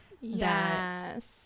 Yes